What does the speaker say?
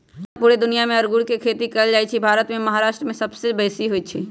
भारत आऽ पुरे दुनियाँ मे अङगुर के खेती कएल जाइ छइ भारत मे महाराष्ट्र में बेशी होई छै